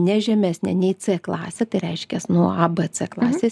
ne žemesnė nei c klasė tai reiškias nu a b c klasės